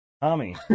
Tommy